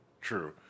true